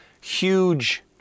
huge